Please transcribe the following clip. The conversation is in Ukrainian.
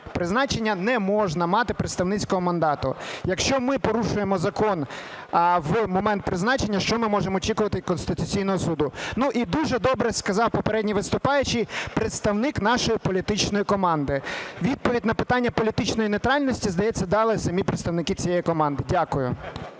призначення не можна мати представницького мандату. Якщо ми порушуємо закон у момент призначення, що ми можемо очікувати від Конституційного Суду? Ну, і дуже добре сказав попередній виступаючий, представник нашої політичної команди. Відповідь на питання політичної нейтральності, здається, дали самі представники цієї команди. Дякую.